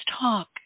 talk